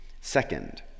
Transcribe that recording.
Second